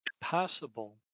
possible